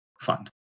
fund